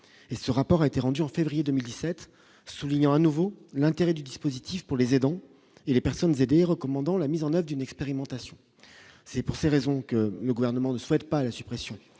et ce rapport a été rendu en février 2017, soulignant à nouveau l'intérêt du dispositif pour les aidants, et les personnes aidées recommandant la mise en date d'une expérimentation, c'est pour ces raisons que le gouvernement ne souhaite pas la suppression